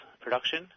production